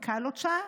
מקלוצ'ה,